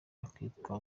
akitwa